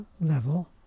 level